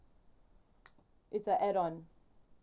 it's a add on